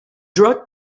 drug